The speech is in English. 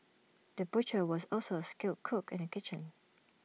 the butcher was also A skilled cook in the kitchen